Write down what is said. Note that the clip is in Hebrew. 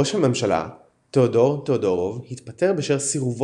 ראש הממשלה תאודור תאודורוב התפטר בשל סירובו